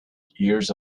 years